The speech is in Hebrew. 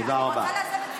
תודה רבה.